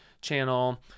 channel